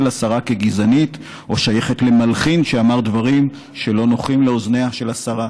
לשרה כגזענית או שייכת למלחין שאמר דברים שלא נוחים לאוזניה של השרה.